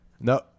No